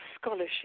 scholarship